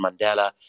Mandela